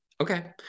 Okay